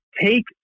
take